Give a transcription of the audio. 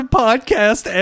podcast